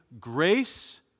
grace